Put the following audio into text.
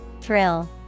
Thrill